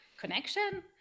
connection